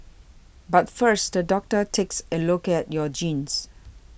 but first the doctor takes a look at your genes